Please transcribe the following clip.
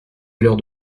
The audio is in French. l’heure